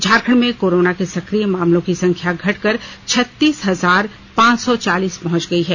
झारखंड में कोरोना के सक्रिय मामलों की संख्या घटकर छतिस हजार पांच सौ चालीस पहुंच गयी है